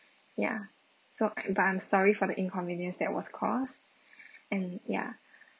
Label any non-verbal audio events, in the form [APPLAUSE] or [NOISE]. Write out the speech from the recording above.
ya so uh if I am sorry for the inconvenience that was caused [BREATH] and ya